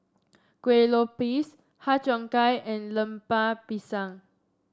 Kueh Lopes Har Cheong Gai and Lemper Pisang